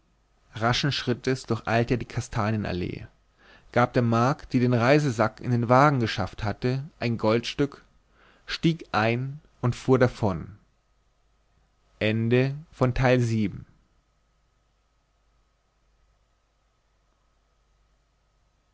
raschen schritts durcheilte er die kastanienallee gab der magd die den reisesack in den wagen geschafft hatte ein goldstück stieg ein und fuhr davon